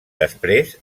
després